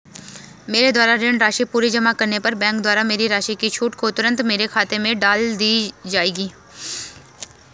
मेरे द्वारा ऋण राशि पूरी जमा करने पर बैंक द्वारा मेरी राशि की छूट को तुरन्त मेरे खाते में डाल दी जायेगी?